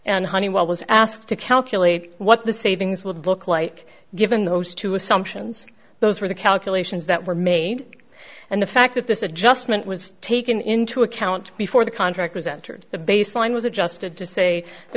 and honeywell was asked to calculate what the savings would look like given those two assumptions those were the calculations that were made and the fact that this adjustment was taken into account before the contract was entered the baseline was adjusted to say the